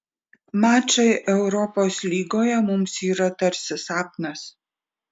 mačai europos lygoje mums yra tarsi sapnas